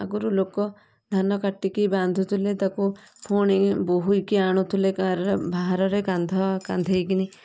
ଆଗୁରୁ ଲୋକ ଧାନ କାଟିକି ବାନ୍ଧୁଥିଲେ ତାକୁ ଫୁଣି ବୋହିକି ଆଣୁଥୁଲେ କାରରେ ଭାରରେ କାନ୍ଧ କାନ୍ଧେଇକିନି